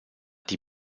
die